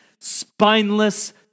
spineless